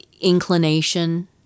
inclination